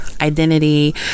identity